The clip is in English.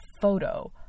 photo